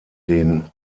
den